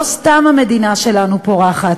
לא סתם המדינה שלנו פורחת,